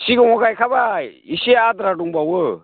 सिगाङाव गायखाबाय इसे आद्रा दंबावो